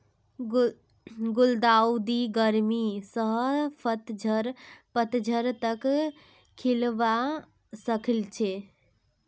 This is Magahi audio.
गुलदाउदी गर्मी स पतझड़ तक खिलवा सखछे